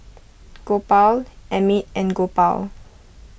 Gopal Amit and Gopal